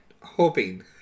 Hoping